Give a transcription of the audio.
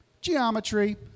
Geometry